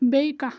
بیٚیہِ کانٛہہ